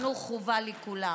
חינוך חובה לכולם.